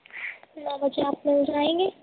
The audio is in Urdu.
نو بجے آپ مل جائیں گی